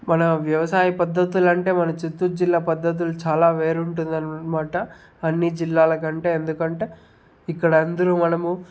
మన వ్యవసాయ పద్ధతులంటే మన చిత్తూరు జిల్లా పద్ధతులు చాలా వేరు ఉంటుంది అనమాట అన్ని జిల్లాలకంటే ఎందుకంటే ఇక్కడ అందరు మనము